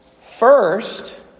First